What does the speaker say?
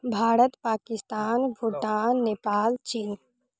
भारत पाकिस्तान भूटान नेपाल चीन